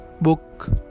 book